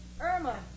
Irma